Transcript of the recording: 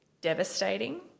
devastating